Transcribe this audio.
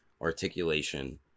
articulation